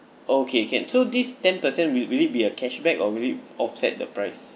okay can so this ten percent will will it be a cashback or will it offset the price